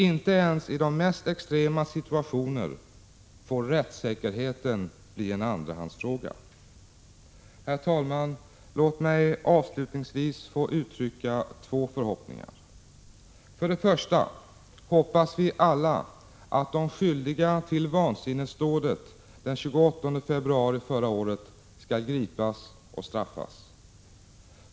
Inte ens i de mest extrema situationer får rättssäkerheten bli en andrahandsfråga. Herr talman! Låt mig avslutningsvis få uttrycka två förhoppningar. För det första hoppas vi alla att de skyldiga till vansinnesdådet den 28 februari förra året skall gripas och straffas.